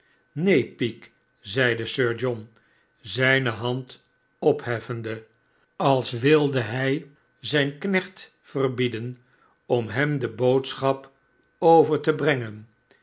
neen peak zeide sir john zijne hand opheffende als tilde hij zijn knecht verbieden om hem de boodschap over te brengen